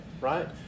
right